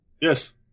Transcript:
yes